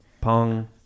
Pong